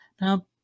Now